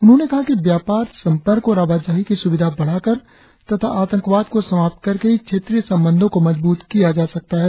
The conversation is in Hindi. उन्होंने कहा कि व्यापार संपर्क और आवाजाही की स्विधा बढ़ाकर तथा आतंकवाद को समाप्त करके ही क्षेत्रीय संबंधों को मजबूत किया जा सकता है